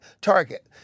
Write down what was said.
Target